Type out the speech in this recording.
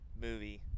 movie